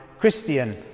Christian